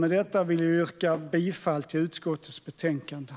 Med detta vill jag yrka bifall till utskottets förslag i betänkandet.